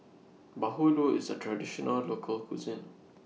Bahulu IS A Traditional Local Cuisine